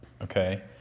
okay